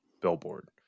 billboard